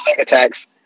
attacks